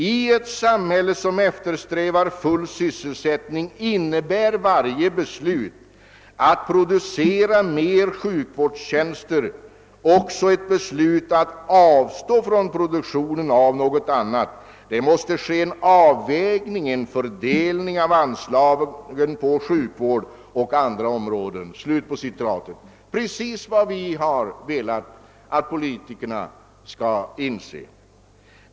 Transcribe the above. I ett samhälle som eftersträvar full sysselsättning innebär varje beslut, att producera mer sjukvårdstjänster, också ett beslut att avstå från produktion av något annat. Det måste ske en avvägning, en fördelning av anslagen på sjukvård och andra områden.» Det är precis vad vi har velat att politikerna skall inse.